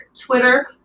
Twitter